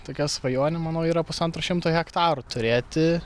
tokia svajonė manau yra pusantro šimto hektarų turėti